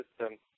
system